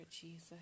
Jesus